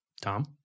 Tom